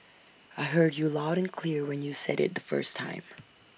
I heard you loud and clear when you said IT the first time